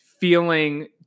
feeling